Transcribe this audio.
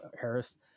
Harris